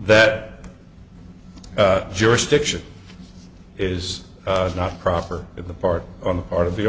that jurisdiction it is not proper in the part on the part of the